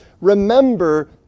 remember